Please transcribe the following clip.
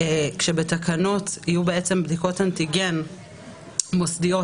שבתקנות יהיו בדיקות אנטיגן מוסדיות,